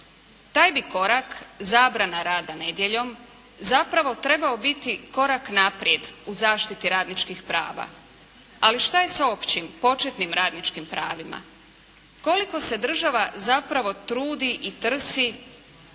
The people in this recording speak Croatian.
Taj bi korak, zabrana rada nedjeljom, zapravo trebao biti korak naprijed u zaštiti radničkih prava. Ali šta je sa općim, početnim radničkim pravima. Koliko se država zapravo trudi i trsi